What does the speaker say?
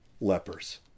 lepers